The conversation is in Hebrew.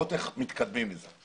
ולראות איך מתקדמים עם זה.